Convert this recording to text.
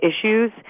issues